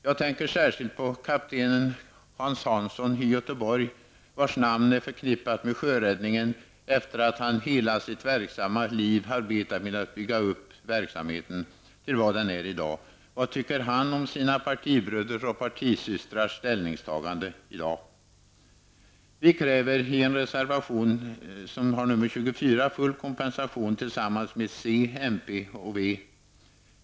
Jag tänker särskilt på kapten Hans Hansson i Göteborg, vars namn är förknippat med sjöräddningen efter det att han i hela sitt verksamma liv har arbetat med att bygga upp verksamheten till vad den är i dag. Vad tycker han om sina partibröders och partisystrars ställningstagande? Vi kräver tillsammans med centerpartiet, miljöpartiet och vänsterpartiet i reservation 24 full kompensation.